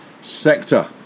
sector